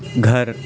گھر